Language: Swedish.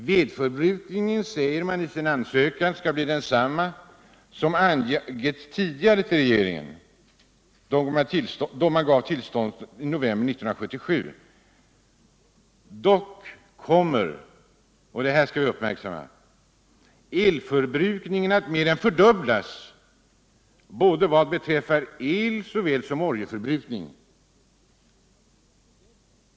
Vedförbrukningen, säger man i sin ansökan, skall bli densamma som anges i regeringens tillstånd av november 1977. Dock kommer — och det skall vi uppmärksamma — energiförbrukningen att mer än fördubblas vad beträffar eloch oljeförbrukning.